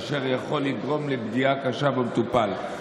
אשר יכול לגרום לפגיעה קשה במטופל.